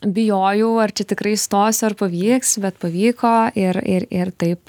bijojau ar čia tikrai įstosiu ar pavyks bet pavyko ir ir ir taip